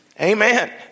Amen